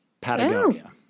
Patagonia